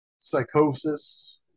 Psychosis